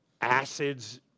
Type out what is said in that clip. acids